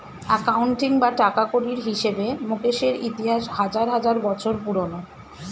accounting বা টাকাকড়ির হিসেবে মুকেশের ইতিহাস হাজার হাজার বছর পুরোনো